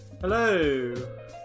Hello